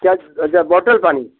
क्या अच्छा बोटल पानी